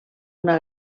una